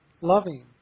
loving